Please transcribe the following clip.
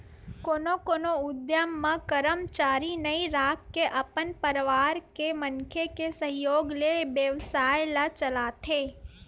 कोनो कोनो उद्यम म करमचारी नइ राखके अपने परवार के मनखे के सहयोग ले बेवसाय ल चलाथे